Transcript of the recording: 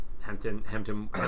Hampton